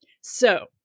so-